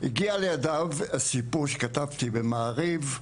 הגיע לידיו הסיפור שכתבתי במעריב,